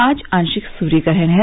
आज आॅशिक सुर्यग्रहण है